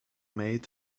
made